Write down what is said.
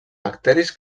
bacteris